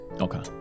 okay